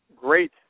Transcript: great